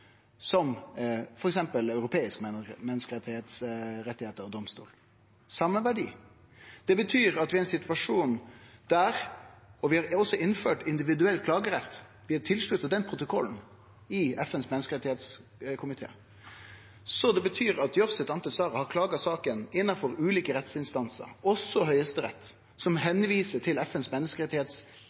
som f.eks. europeiske menneskerettar og domstol. Vi har også innført individuell klagerett, vi er tilslutta den protokollen i FNs menneskerettskomité. Det betyr at Jovsset Ánte Sara har klaga saka inn for ulike rettsinstansar, også Høgsterett, som viser til FNs